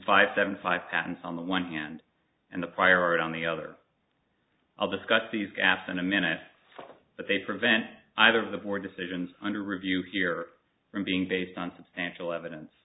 five seven five patents on the one hand and the prior art on the other i'll discuss these gaps in a minute but they prevent either of the four decisions under review here from being based on substantial evidence